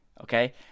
okay